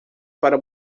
para